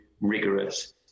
rigorous